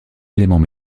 éléments